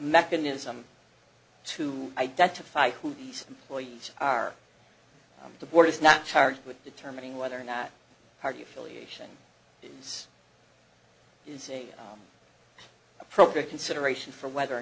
mechanism to identify who these employees are the board is not charged with determining whether or not party affiliation is in say appropriate consideration for whether or